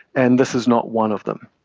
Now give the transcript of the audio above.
and this is not one of them.